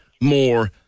more